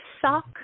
sock